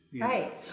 Right